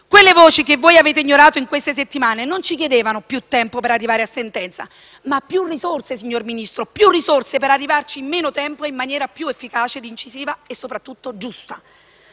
Quelle voci che voi avete ignorato in queste settimane non ci chiedevano più tempo per arrivare a sentenza, ma più risorse per arrivarci in meno tempo e in maniera più efficace, incisiva e, soprattutto, giusta.